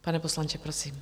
Pane poslanče, prosím.